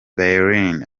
bellerin